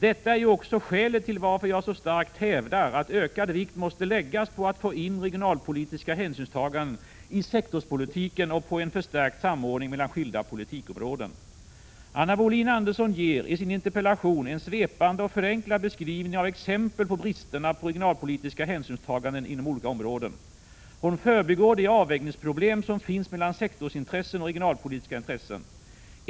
Detta är ju också skälet till att jag så starkt hävdar att ökad vikt måste läggas vid att få in regionalpolitiska hänsynstaganden i sektorspolitiken och vid en förstärkt samordning mellan skilda politikområden. Anna Wohlin-Andersson ger i sin interpellation en svepande och förenklad beskrivning av exempel på bristerna på regionalpolitiska hänsynstaganden inom olika områden. Hon förbigår de avvägningsproblem som finns mellan sektorsintressen och regionalpolitiska intressen.